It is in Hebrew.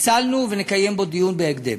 פיצלנו ונקיים דיון בו בהקדם.